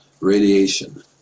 Radiation